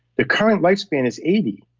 the current life span is eighty.